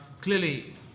clearly